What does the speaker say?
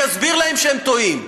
ויסביר להם שהם טועים.